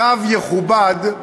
התו יכובד,